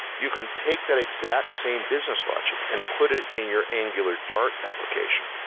you can take that exact same business logic and put it in your angulardart application.